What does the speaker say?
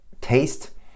taste